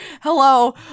Hello